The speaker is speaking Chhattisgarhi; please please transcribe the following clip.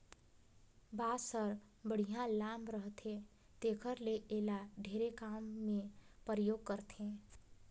बांस हर बड़िहा लाम रहथे तेखर ले एला ढेरे काम मे परयोग करथे